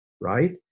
right